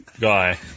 guy